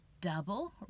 double